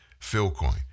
Philcoin